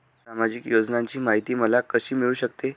सामाजिक योजनांची माहिती मला कशी मिळू शकते?